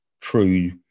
true